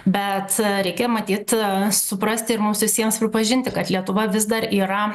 bet reikia matyt suprasti ir mums visiems pripažinti kad lietuva vis dar yra